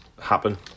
happen